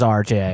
rj